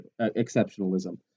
exceptionalism